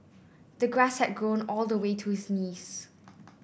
the grass had grown all the way to his knees